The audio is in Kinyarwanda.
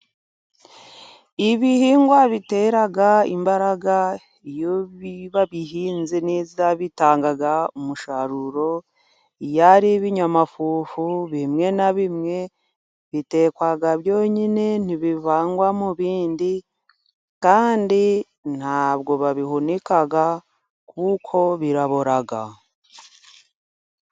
Ibihingwa biteraga imbaraga iyo babihinze neza bitanga umusaruro. Iyo ari ibinyamafufu bimwe na bimwe bitekwa byonyine ntibivangwa mu bindi, kandi ntabwo babihunika kuko birabora.